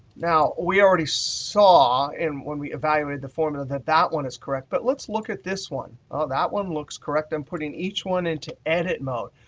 we already saw, and when we evaluated the formula, that that one is correct. but let's look at this one. ah that one looks correct. i'm putting each one into edit mode.